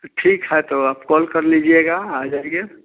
तो ठीक है तो आप कॉल कर लीजिएगा आ जाएंगे